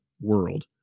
world